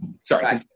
Sorry